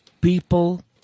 People